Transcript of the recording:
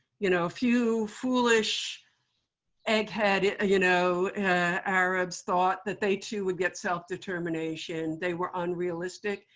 you know a few foolish egghead you know arabs thought that they, too, would get self-determination. they were unrealistic.